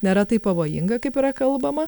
nėra taip pavojinga kaip yra kalbama